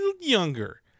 Younger